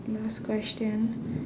last question